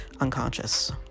unconscious